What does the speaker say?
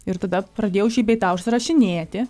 ir tada pradėjau šį bei tą užsirašinėti